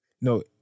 no